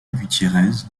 gutiérrez